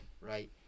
right